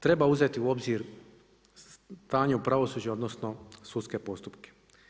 Treba uzeti u obzir stanje u pravosuđu, odnosno, sudske postupke.